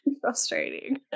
frustrating